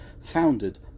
founded